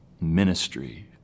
ministry